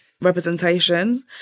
representation